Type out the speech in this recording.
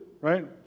right